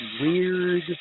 weird